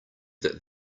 that